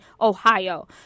Ohio